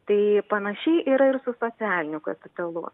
tai panašiai yra ir su socialiniu kapitalu